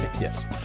Yes